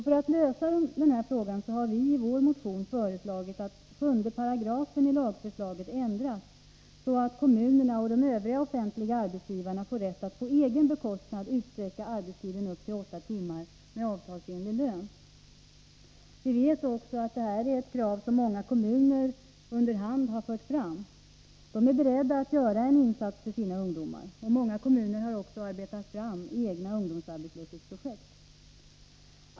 För att lösa de här problemen har vi i vår motion föreslagit att 7 § i lagförslaget ändras, så att kommuner och övriga offentliga arbetsgivare får rätt att på egen bekostnad utsträcka arbetstiden upp till åtta timmar med avtalsenlig lön. Vi vet också att detta är ett krav som många kommuner under hand har fört fram. De är beredda att göra en insats för sina ungdomar. Många kommuner har också arbetat fram egna ungdomsarbetslöshetsprojekt.